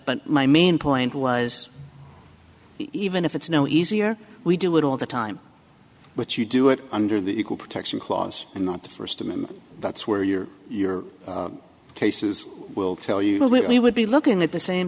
but my main point was even if it's no easier we do it all the time but you do it under the equal protection clause and not the first amendment that's where your your case is will tell you what we would be looking at the same